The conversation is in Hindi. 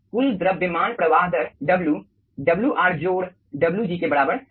कुल द्रव्यमान प्रवाह दर W Wr जोड़ Wg के बराबर है